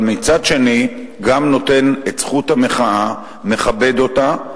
מצד שני, גם נותן את זכות המחאה, מכבד אותה.